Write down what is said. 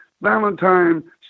Valentine